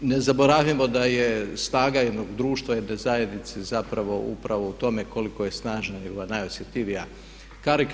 Ne zaboravimo da je snaga jednog društva, jedne zajednice zapravo upravo u tome koliko je snažna njegova najosjetljivija karika.